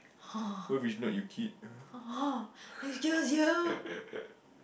what if it's not your kid ah